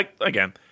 again